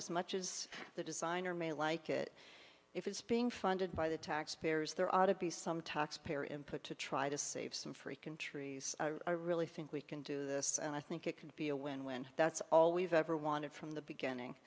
as much as the designer may like it if it's being funded by the taxpayers there ought to be some taxpayer input to try to save some free can trees i really think we can do this and i think it can be a win win that's all we've ever wanted from the beginning